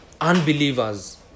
unbelievers